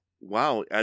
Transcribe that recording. Wow